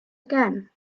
again